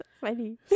Funny